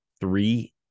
three